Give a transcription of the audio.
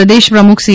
પ્રદેશ પ્રમુખ સી